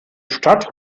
stadt